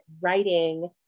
writing